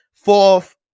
Fourth